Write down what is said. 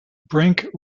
brink